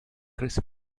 chris